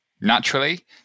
Naturally